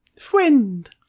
friend